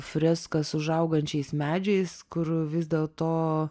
freskas užaugančiais medžiais kur vis dėlto